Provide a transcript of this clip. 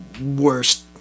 worst